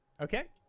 Okay